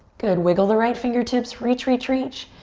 good, wiggle the right fingertips. reach, reach, reach.